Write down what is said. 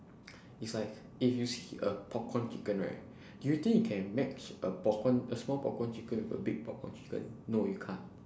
it's like if you see a popcorn chicken right do you think that you can match a popcorn a small popcorn chicken with a big popcorn chicken no you can't